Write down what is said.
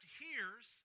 hears